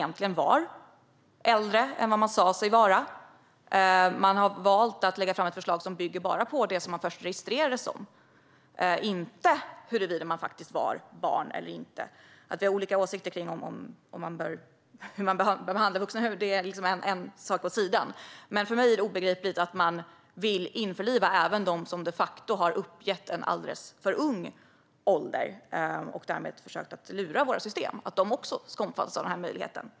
Det har lagts fram ett förslag som bara bygger på det individerna först registrerades som, inte på huruvida de faktiskt var barn eller inte. Att vi har olika åsikter om hur vuxna ska behandlas är en sak. Men för mig är det obegripligt att man vill införliva även de som de facto har uppgett en alldeles för ung ålder och som därmed har försökt lura vårt system, och att de ska omfattas av den här möjligheten.